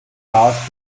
lost